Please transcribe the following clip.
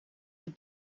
het